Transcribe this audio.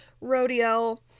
rodeo